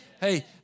Hey